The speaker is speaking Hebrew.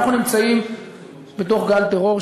אנחנו נמצאים בתוך גל טרור,